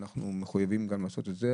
אנחנו מחויבים גם לעשות את זה,